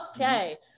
Okay